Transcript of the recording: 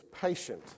patient